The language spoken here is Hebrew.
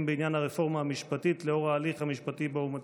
בעניין הרפורמה המשפטית לאור ההליך המשפטי שבו הוא מצוי,